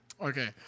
okay